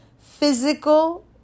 physical